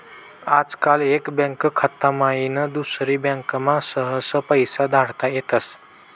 आजकाल एक बँक खाता माईन दुसरी बँकमा सहज पैसा धाडता येतस